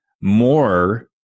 more